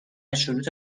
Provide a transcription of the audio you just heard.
شروط